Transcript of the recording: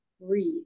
breathe